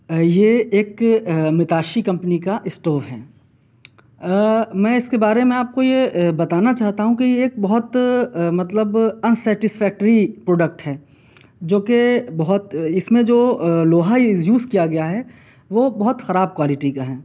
یہ ایک متاشی کمپنی کا اسٹوو ہے میں اِس کے بارے میں آپ کو یہ بتانا چاہتا ہوں کہ ایک بہت مطلب ان سٹیسفیکٹری پروڈکٹ ہے جو کہ بہت اِس میں جو لوہا یوز کیا گیا ہے وہ بہت خراب کوالٹی کا ہے